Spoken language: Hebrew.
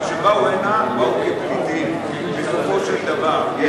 אבל כשבאו הנה, באו כפליטים, בסופו של דבר.